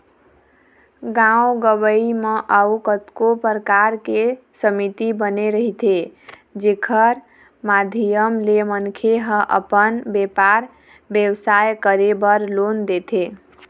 गाँव गंवई म अउ कतको परकार के समिति बने रहिथे जेखर माधियम ले मनखे ह अपन बेपार बेवसाय करे बर लोन देथे